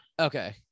okay